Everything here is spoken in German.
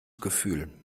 gefühl